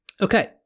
Okay